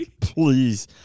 Please